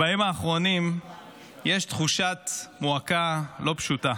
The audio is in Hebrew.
בימים האחרונים יש תחושת מועקה לא פשוטה.